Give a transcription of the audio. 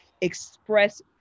express